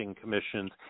commissions